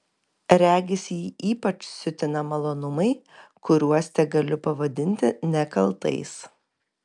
regis jį ypač siutina malonumai kuriuos tegaliu pavadinti nekaltais